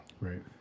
Right